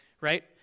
right